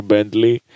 Bentley